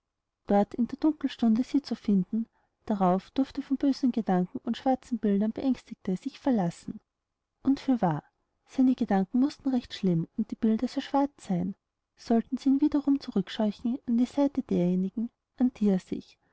dort in der dunkelstunde sie zu finden darauf durfte der von bösen gedanken und schwarzen bildern beängstigte sich verlassen und fürwahr seine gedanken mußten recht schlimm und die bilder sehr schwarz sein sollten sie ihn wiederum zurückscheuchen an die seite derjenigen an die er sich